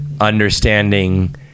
understanding